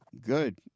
Good